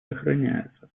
сохраняются